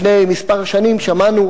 לפני כמה שנים שמענו,